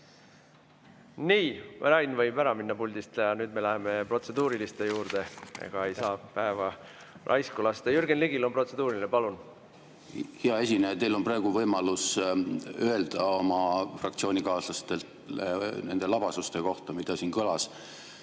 Nii, Rain võib ära minna puldist, nüüd me läheme protseduuriliste juurde. Ega ei saa päeva raisku lasta. Jürgen Ligil on protseduuriline. Palun! Hea juhataja! Teil on praegu võimalus öelda oma fraktsioonikaaslastele nende labasuste kohta, mis siin kõlasid,